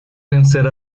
vencer